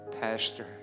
Pastor